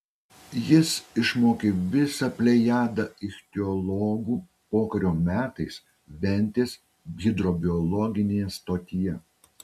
jis išmokė visą plejadą ichtiologų pokario metais ventės hidrobiologinėje stotyje